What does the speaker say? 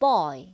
Boy